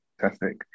fantastic